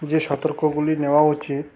যে সতর্কতাগুলি নেওয়া উচিত